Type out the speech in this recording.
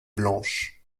blanches